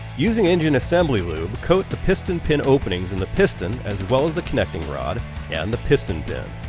using engine assembly lube, coat the piston pin openings in the piston as well as the connecting rod and the piston pin,